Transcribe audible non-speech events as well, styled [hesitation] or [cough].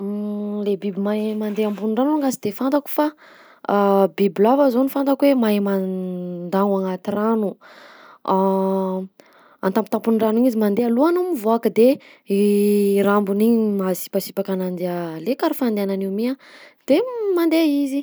[hesitation] Le biby mahay mandeha ambony rano alongany sy de fantako fa [hesitation] bibilava zao no fantako hoe mahay man [hesitation] dagno anaty rano, [hesitation] an-tampotampon-drano igny izy mandeha lohany mivoaka de [hesitation] rambony igny asipasipaka ananjy [hesitation] le karaha fandehanany io mi a, de mandeha izy.